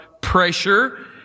pressure